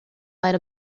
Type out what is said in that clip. light